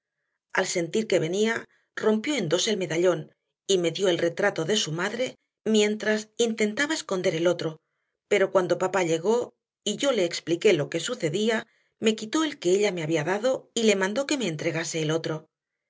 al sentir que venía rompió en dos el medallón y me dio el retrato de su madre mientras intentaba esconder el otro pero cuando papá llegó y yo le expliqué lo que sucedía me quitó el que ella me había dado y le mandó que me entregase el otro